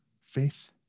faith